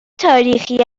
تاریخی